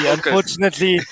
Unfortunately